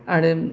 आरो